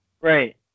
Right